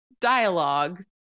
dialogue